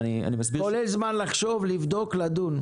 כולל זמן לחשוב, לבדוק, לדון.